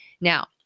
Now